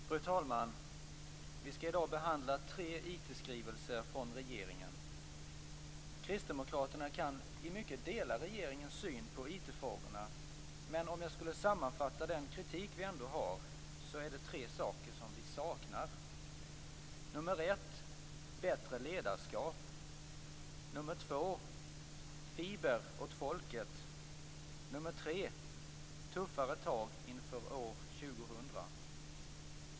Fru talman! Vi skall i dag behandla tre IT skrivelser från regeringen. Kristdemokraterna kan i mycket dela regeringens syn på IT-frågorna. Men om jag skulle sammanfatta den kritik som vi ändå har är det tre saker som vi saknar, nämligen bättre ledarskap, fiber åt folket och tuffare tag inför år 2000.